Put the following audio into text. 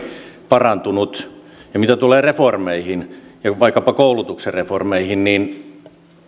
parantunut mitä tulee reformeihin vaikkapa koulutuksen reformeihin niin